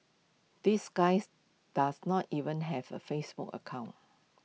this guys does not even have A Facebook account